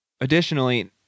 Additionally